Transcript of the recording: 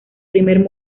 primer